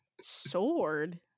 Sword